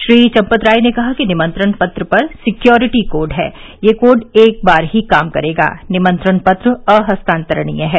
श्री चम्पत राय ने कहा कि निमंत्रण पत्र पर सिक्योरिटी कोड है यह कोड एक बार ही काम करेगा निमंत्रण पत्र अहस्तांतरणीय है